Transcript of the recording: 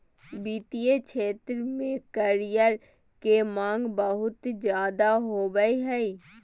वित्तीय क्षेत्र में करियर के माँग बहुत ज्यादे होबय हय